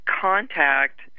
contact